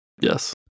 Yes